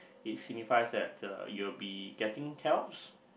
it signifies that uh you will be getting help